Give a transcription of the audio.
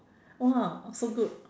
!wah! so good